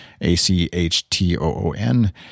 a-c-h-t-o-o-n